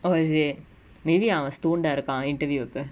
oh is it maybe அவன்:avan stone ah இருக்கா:irukaa interview கு:ku